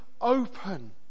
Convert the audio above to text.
open